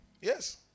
Yes